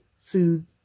food